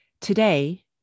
Today